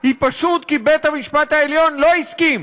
היא פשוט כי בית-המשפט העליון לא הסכים